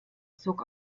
zog